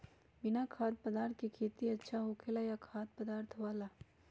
बिना खाद्य पदार्थ के खेती अच्छा होखेला या खाद्य पदार्थ वाला?